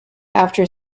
after